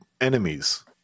enemies